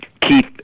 Keith